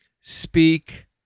speak